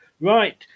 right